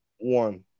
One